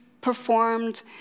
performed